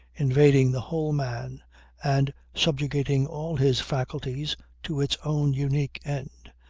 invading the whole man and subjugating all his faculties to its own unique end,